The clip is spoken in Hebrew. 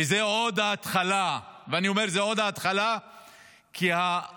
ואני אומר: זו רק ההתחלה, כי הגזרות